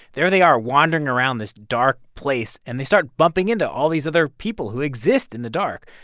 there they are, wandering around this dark place, and they start bumping into all these other people who exist in the dark.